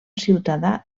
ciutadà